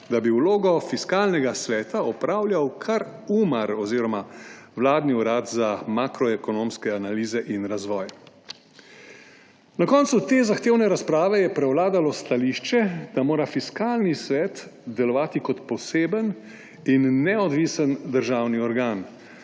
da bi vlogo Fiskalnega sveta opravljal kar Umar oziroma vladni urad za makroekonomske analize in razvoj. Na koncu te zahtevne razprave je prevladalo stališče, da mora Fiskalni svet delovati kot poseben in neodvisen državni organ